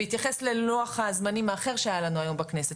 בהתייחס ללוח הזמנים האחר שהיה לנו היום בכנסת,